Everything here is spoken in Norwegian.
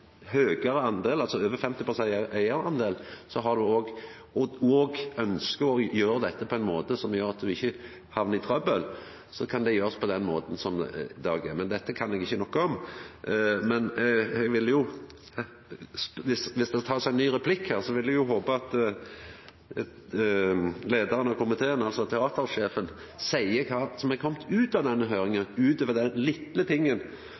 høgare eigardel, altså over 50 pst., og ønskjer å gjera dette på ein måte som gjer at du ikkje hamnar i trøbbel, så kan det gjerast på den måten. Dette kan eg ikkje nok om, men dersom ein tar ein ny replikk her, vil eg håpa at leiaren av komiteen – altså teatersjefen – seier kva som er kome ut av denne